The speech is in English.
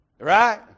Right